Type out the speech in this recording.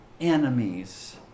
enemies